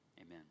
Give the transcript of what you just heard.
Amen